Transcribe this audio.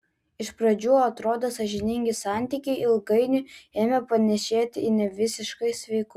iš pradžių atrodę sąžiningi santykiai ilgainiui ėmė panėšėti į nevisiškai sveikus